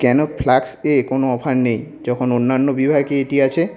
কেন ফ্লাস্ক এ কোনও অফার নেই যখন অন্যান্য বিভাগে এটি আছে